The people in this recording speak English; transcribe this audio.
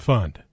Fund